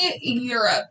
Europe